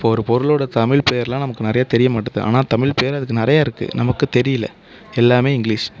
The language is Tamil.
இப்போது ஒரு பொருளோடய தமிழ் பேரெல்லாம் நமக்கு நிறைய தெரியமாட்டது ஆனால் தமிழ் பேர் அதுக்கு நிறையா இருக்குது நமக்கு தெரியலை எல்லாமே இங்கிலீஷ்